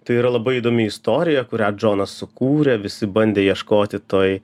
tai yra labai įdomi istorija kurią džonas sukūrė visi bandė ieškoti toj